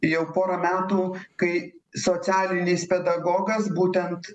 jau pora metų kai socialinis pedagogas būtent